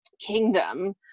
kingdom